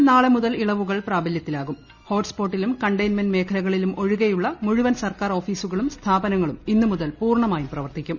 കേരളത്തിൽ നാളെ മുതൽ ഇള്ളവുകൾ പ്രാബല്യത്തിലാകും ഹോട്ട്സ്പോട്ടിലും കീണ്ടെയ്മെന്റ് മേഖലകളിലും ഒഴികെയുള്ള മുഴുവ്ൻ സർക്കാർ ഓഫീസുകളും സ്ഥാപനങ്ങളും ഇന്നൂമൂത്ൽ പൂർണ്ണമായും പ്രവർത്തിക്കും